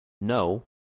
no